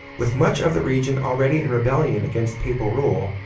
with much of the region already in rebellion against papal rule,